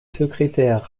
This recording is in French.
secrétaire